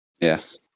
Yes